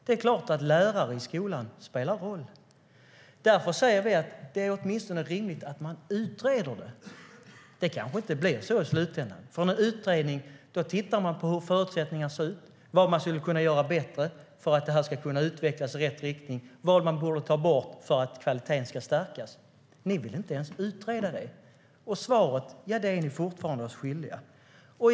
Det är klart att lärare i skolan spelar en roll. Därför säger vi att det åtminstone är rimligt att man utreder det. Det kanske inte blir så i slutändan. I en utredning tittar man på hur förutsättningarna ser ut, vad man skulle kunna göra bättre för att det ska utvecklas i rätt riktning och vad borde ta bort för att kvaliteten ska stärkas. Ni vill inte ens utreda det. Ni är fortfarande oss svaret skyldiga.